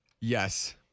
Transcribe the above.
Yes